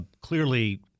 clearly